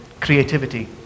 creativity